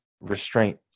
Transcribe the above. restraint